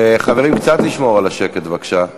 חברים, קצת לשמור על השקט, בבקשה.